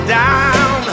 down